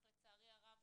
אך לצערי הרב,